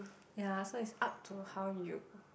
ya so it's up to how you